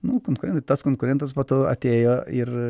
nu konkurentų tas konkurentas po to atėjo ir